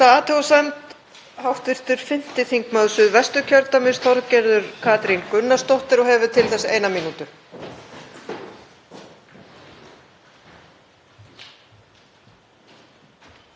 Virðulegi forseti. Það er margt sem hægt er að taka undir með hæstv. ráðherra. Ég vil deila með honum áhyggjum af slæmri stöðu ríkissjóðs.